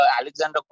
Alexander